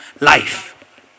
Life